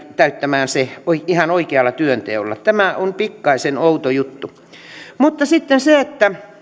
täyttämään se ihan oikealla työnteolla tämä on pikkaisen outo juttu mutta sitten se